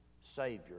savior